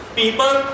people